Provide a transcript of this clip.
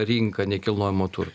rinką nekilnojamo turto